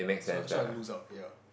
so I so I lose out ya